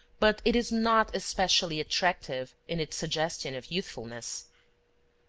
but it is not especially attractive in its suggestion of youthfulness.